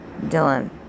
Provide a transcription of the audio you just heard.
Dylan